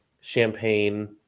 champagne